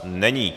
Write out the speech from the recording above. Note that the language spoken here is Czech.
Není.